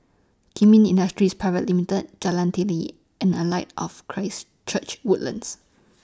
Kemin Industries Pte Ltd Jalan Teliti and A Light of Christ Church Woodlands